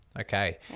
Okay